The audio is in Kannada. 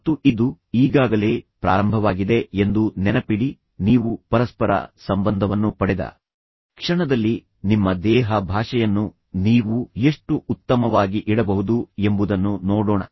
ಮತ್ತು ಇದು ಈಗಾಗಲೇ ಪ್ರಾರಂಭವಾಗಿದೆ ಎಂದು ನೆನಪಿಡಿ ನೀವು ಪರಸ್ಪರ ಸಂಬಂಧವನ್ನು ಪಡೆದ ಕ್ಷಣದಲ್ಲಿ ನಿಮ್ಮ ದೇಹ ಭಾಷೆಯನ್ನು ನೀವು ಎಷ್ಟು ಉತ್ತಮವಾಗಿ ಇಡಬಹುದು ಎಂಬುದನ್ನು ನೋಡೋಣ